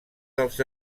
dels